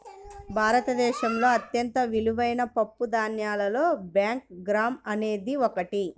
భారతదేశంలో అత్యంత విలువైన పప్పుధాన్యాలలో బ్లాక్ గ్రామ్ అనేది ఒకటి